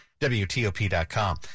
WTOP.com